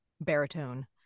baritone